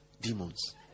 demons